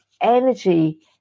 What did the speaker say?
energy